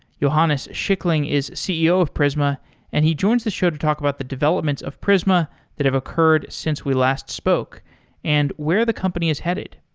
johannes schickling is ceo of prisma and he joins the show to talk about the developments of prisma that have occurred since we last spoke and where the company is headed.